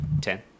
Ten